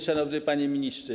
Szanowny Panie Ministrze!